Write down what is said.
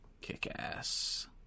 Kick-Ass